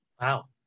Wow